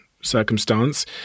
circumstance